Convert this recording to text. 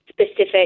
specific